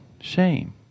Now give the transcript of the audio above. shame